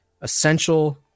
essential